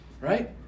Right